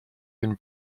been